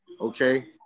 okay